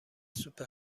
سوپ